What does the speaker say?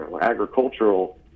agricultural